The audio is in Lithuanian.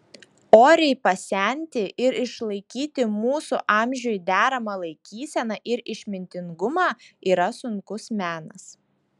oriai pasenti ir išlaikyti mūsų amžiui deramą laikyseną ir išmintingumą yra sunkus menas